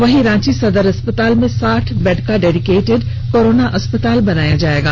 वहीं रांची सदर अस्पताल में साठ बेड का डेडिकेटेड कोरोना अस्पताल बनाया जाएगा